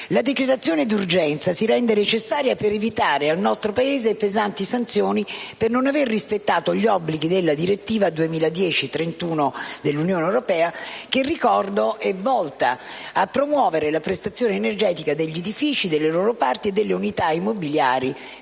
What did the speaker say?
La decretazione d'urgenza si rende necessaria per evitare al nostro Paese pesanti sanzioni per non avere rispettato gli obblighi della direttiva n. 31 del 2010 dell'Unione europea, che - ricordo - è volta a promuovere la prestazione energetica degli edifici, delle loro parti e delle unità immobiliari